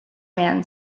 man